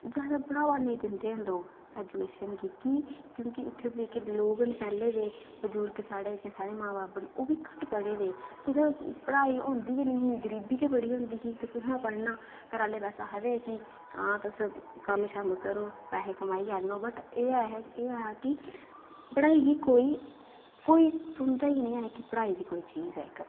जादै बढ़ावा नेईं दिंदे है'न लोग एजूकेशन गी क्योंकि उत्थें जेह्के लोग न पैह्लें दे बजुर्ग साढ़े जियां साढ़े मां बब्ब न ओह्बी घट्ट पढ़े दे कुत्थें पढ़ाई होंदी नेईं ही ते गरीबी गै बड़ी होंदी ही कुत्थाै पढ़ना घरा आह्ले बस आखदे ही की आं तुस कम्म करो पैसे कमाइयै आह्नो बट एह् ऐ की बड़ा ई कोई कोई सुनदा ई नेईं ऐ की कोई पढ़ाई बी कोई चीज़ ऐ इक्क